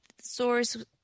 source